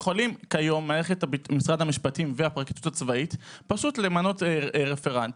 מערכת משרד המשפטים והפרקליטות הצבאית יכולה למנות רפרנט,